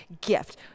gift